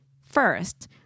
First